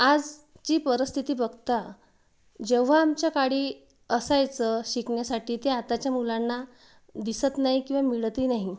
आजची परस्थिती बघता जेव्हा आमच्या काळी असायचं शिकण्यासाठी ते आताच्या मुलांना दिसत नाही किंवा मिळतही नाही